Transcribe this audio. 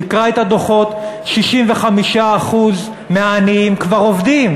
תקרא את הדוחות, 65% מהעניים כבר עובדים.